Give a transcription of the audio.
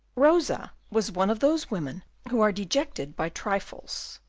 rosa was one of those women who are dejected by trifles,